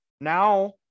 now